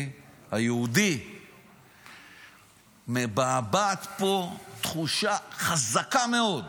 היהודי מבעבעת בו תחושה חזקה מאוד,